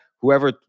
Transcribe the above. whoever